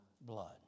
blood